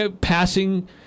Passing